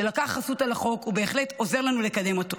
שלקח חסות על החוק ובהחלט עוזר לנו לקדם אותו.